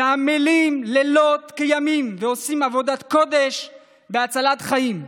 שעמלים לילות כימים ועושים עבודת קודש בהצלת חיים.